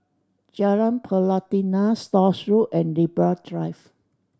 Jalan Pelatina Stores Road and Libra Drive